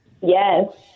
Yes